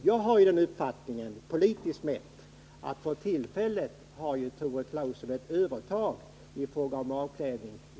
Jag har uppfattningen att från politisk synpunkt har Tore Claeson för tillfället ett övertag gentemot Birgit Friggebo i fråga om avklädning.